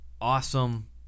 awesome